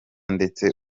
ndetse